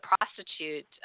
prostitute